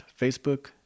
Facebook